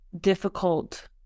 difficult